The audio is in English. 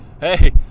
hey